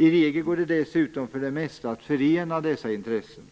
I regel går det dessutom för det mesta att förena dessa intressen.